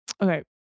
Okay